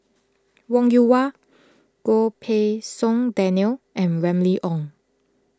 Wong Yoon Wah Goh Pei Siong Daniel and Remly Ong